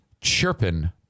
Chirpin